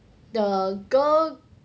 the girl